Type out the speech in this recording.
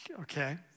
okay